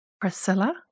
Priscilla